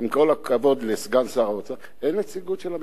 עם כל הכבוד לסגן שר האוצר, אין נציגות של הממשלה.